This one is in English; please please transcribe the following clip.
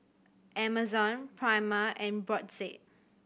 Amazon Prima and Brotzeit